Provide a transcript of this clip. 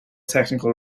technical